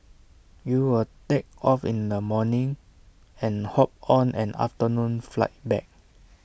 you will take off in the morning and hop on an afternoon flight back